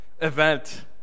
event